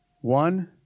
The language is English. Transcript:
One